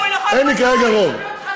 אין לי כרגע רוב.